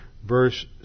Verse